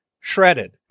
shredded